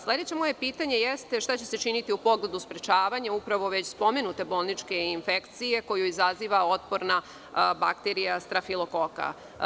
Sledeće moje pitanje jeste – šta će se činiti u pogledu sprečavanja upravo već spomenute bolničke infekcije koju izaziva otporna bakterija strafilokoka?